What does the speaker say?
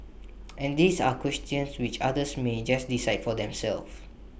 and these are questions which others may just decide for themselves